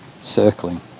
Circling